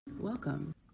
Welcome